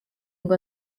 ngo